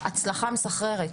הצלחה מסחררת.